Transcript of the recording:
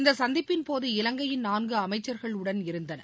இந்தசந்திப்பின்போது இலங்கையின் நான்குஅமைச்சர்கள் உடன் இருந்தனர்